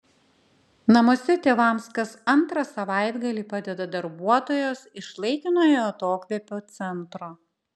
namuose tėvams kas antrą savaitgalį padeda darbuotojos iš laikinojo atokvėpio centro